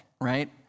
right